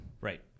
Right